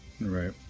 Right